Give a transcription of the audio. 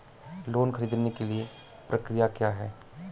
Loan ख़रीदने के लिए प्रक्रिया क्या है?